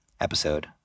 episode